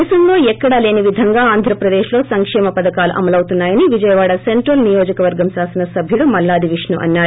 దేశంలో ఎక్కడా లేని విధంగా ఆంధ్రప్రదేశ్లో సంక్షేమ పథకాలు అమలవుతున్నా యని విజయవాడ సెంట్రల్ నియోజకవర్గం శాసన సభ్యుడు మల్లాది విష్ణు అన్నారు